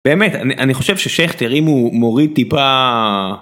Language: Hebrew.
באמת אני חושב ששכטר אם הוא מוריד טיפה.